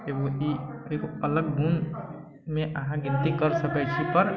एगो ई एगो अलग गुणमे अगर अहाँ गिनती करि सकै छी पर